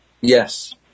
Yes